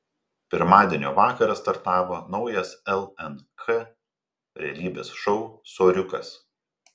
pirmadienio vakarą startavo naujas lnk realybės šou soriukas